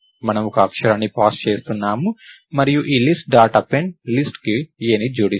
మనము ఒక అక్షరాన్ని పాస్ చేస్తున్నాము మరియు లిస్ట్ డాట్ అపెండ్ లిస్ట్ కు aని జోడిస్తుంది